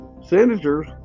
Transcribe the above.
senators